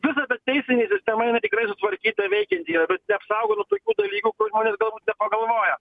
visa ta teisinė sistema jinai tikrai sutvarkyta veikianti yra bet neapsaugo nuo tokių dalykų kur žmonės galbūt nepagalvoja